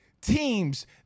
teams